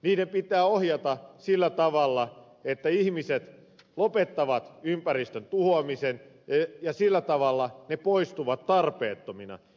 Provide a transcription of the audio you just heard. niiden pitää ohjata sillä tavalla että ihmiset lopettavat ympäristön tuhoamisen ja sillä tavalla ne poistuvat tarpeettomina